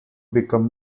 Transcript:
become